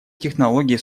технологии